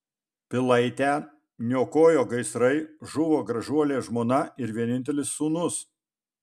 pilaitę niokojo gaisrai žuvo gražuolė žmona ir vienintelis sūnus